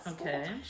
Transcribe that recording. okay